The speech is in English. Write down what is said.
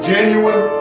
Genuine